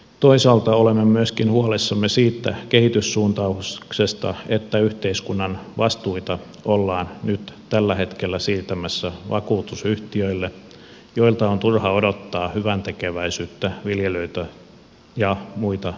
toisaalta olemme myöskin huolissamme siitä kehityssuuntauksesta että yhteiskunnan vastuita ollaan nyt tällä hetkellä siirtämässä vakuutusyhtiöille joilta on turha odottaa hyväntekeväisyyttä viljelijöitä ja muita maataloustuottajia kohtaan